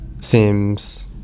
seems